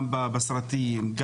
גם בסרטים,